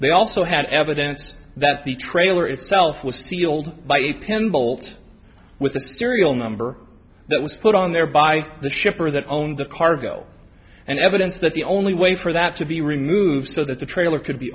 they also had evidence that the trailer itself was sealed by a pin bolt with the serial number that was put on there by the shipper that owned the cargo and evidence that the only way for that to be removed so that the trailer could be